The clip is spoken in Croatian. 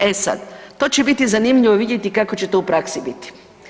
E sada, to će biti zanimljivo vidjeti kako će to u praksi biti.